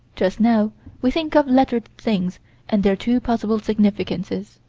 just now we think of lettered things and their two possible significances.